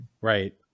right